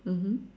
mmhmm